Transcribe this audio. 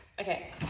Okay